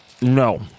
No